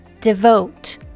devote